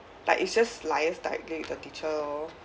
like it's just liaise directly with the teacher lor